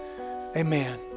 Amen